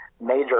major